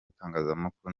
itangazamakuru